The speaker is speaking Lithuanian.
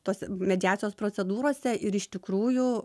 tose mediacijos procedūrose ir iš tikrųjų